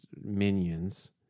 minions